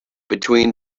between